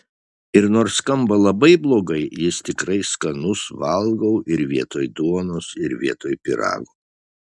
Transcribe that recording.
ir nors skamba labai blogai jis tikrai skanus valgau ir vietoj duonos ir vietoj pyrago